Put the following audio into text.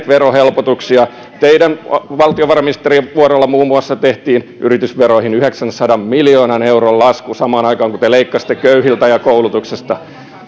verohelpotuksia teidän valtiovarainministerivuorollanne muun muassa tehtiin yritysveroihin yhdeksänsadan miljoonan euron lasku samaan aikaan kun te leikkasitte köyhiltä ja koulutuksesta